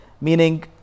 Meaning